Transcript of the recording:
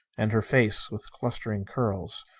and her face, with clustering curls.